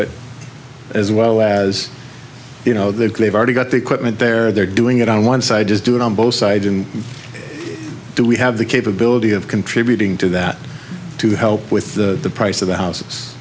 it as well as you know they gave already got the equipment there they're doing it on one side just do it on both sides and do we have the capability of contributing to that to help with the price of the house